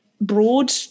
broad